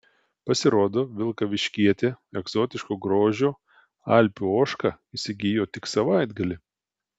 pasirodo vilkaviškietė egzotiško grožio alpių ožką įsigijo tik savaitgalį